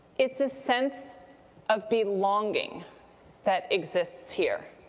it's a sense of belonging that exists here.